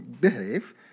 behave